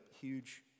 huge